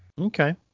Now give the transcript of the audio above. Okay